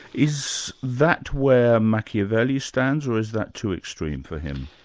is that where machiavelli stands, or is that too extreme for him?